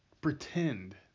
Pretend